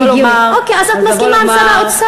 אז לבוא לומר, אוקיי, אז את מסכימה עם שר האוצר.